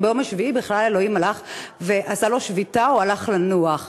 כי ביום השביעי בכלל אלוהים הלך ועשה לו שביתה או הלך לנוח.